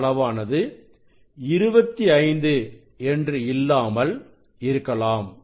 அந்த அளவானது 25 என்று இல்லாமல் இருக்கலாம்